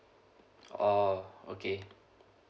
oh okay